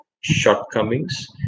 shortcomings